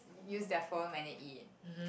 use their phone when they eat